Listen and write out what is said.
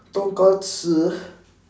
tonkatsu